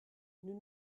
nous